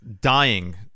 dying